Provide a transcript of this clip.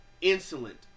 insolent